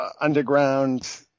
underground